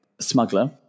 smuggler